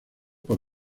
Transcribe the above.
por